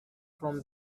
from